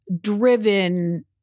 driven